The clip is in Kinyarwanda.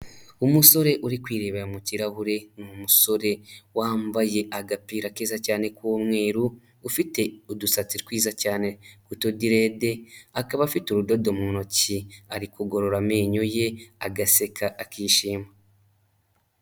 Umusore uri kwirebera mu kirahure, ni umusore wambaye agapira keza cyane k'umweru, ufite udusatsi twiza cyane tw'utudirede, akaba afite urudodo mu ntoki, ari kugorora amenyo ye, agaseka, akishima.